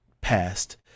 past